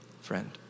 friend